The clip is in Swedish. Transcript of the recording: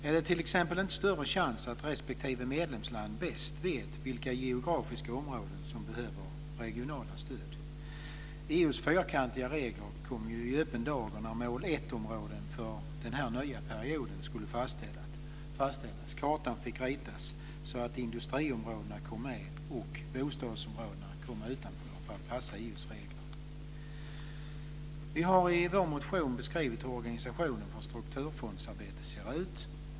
Är det t.ex. inte större chans att respektive medlemsland bäst vet vilka geografiska områden som behöver regionala stöd? EU:s fyrkantiga regler kom ju i öppen dag när mål 1-områdena för den nya perioden skulle fastställas. Kartan fick ritas så att industriområdena kom med och bostadsområdena kom utanför för att passa EU:s regler. Vi har i vår motion beskrivit hur organisationen för strukturfondsarbetet ser ut.